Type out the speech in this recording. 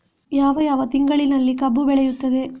ಯಾವ ಯಾವ ತಿಂಗಳಿನಲ್ಲಿ ಕಬ್ಬು ಬೆಳೆಯುತ್ತದೆ?